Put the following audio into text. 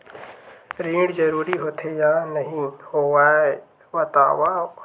ऋण जरूरी होथे या नहीं होवाए बतावव?